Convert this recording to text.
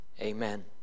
Amen